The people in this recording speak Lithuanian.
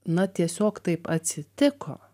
na tiesiog taip atsitiko